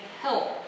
help